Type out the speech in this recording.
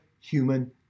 human